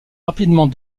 rapidement